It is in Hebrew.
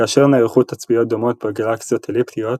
כאשר נערכו תצפיות דומות בגלקסיות אליפטיות,